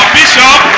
bishop